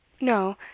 No